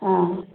हाँ